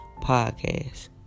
podcast